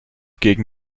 gegen